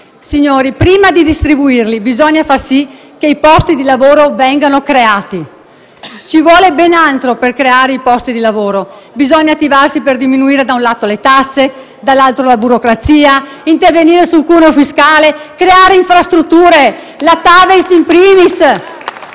Signori, prima di distribuirli, bisogna far sì che i posti di lavoro vengano creati. Ci vuole ben altro per creare i posti di lavoro: bisogna attivarsi per diminuire le tasse e la burocrazia, intervenire sul cuneo fiscale, creare infrastrutture, la TAV *in primis*.